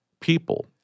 people